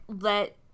let